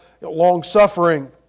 long-suffering